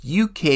UK